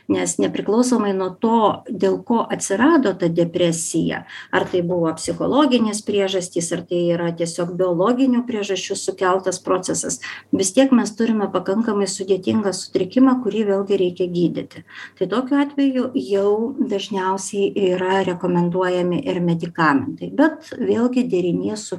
nes nepriklausomai nuo to dėl ko atsirado ta depresija ar tai buvo psichologinės priežastys ar tai yra tiesiog biologinių priežasčių sukeltas procesas vis tiek mes turime pakankamai sudėtingą sutrikimą kurį vėlgi reikia gydyti tai tokiu atveju jau dažniausiai yra rekomenduojami ir medikamentai bet vėlgi derinyje su